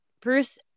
Bruce